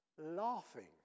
laughing